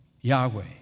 Yahweh